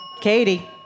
Katie